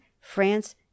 France